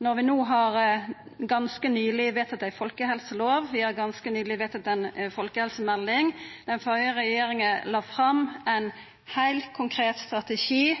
når vi ganske nyleg har vedtatt ei folkehelselov, og ganske nyleg har slutta oss til ei folkehelsemelding – den førre regjeringa la fram ein heilt konkret strategi –